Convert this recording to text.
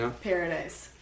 Paradise